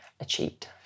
achieved